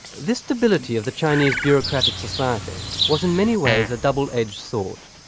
this stability of the chinese bureaucratic society was in many ways a double-edged sword.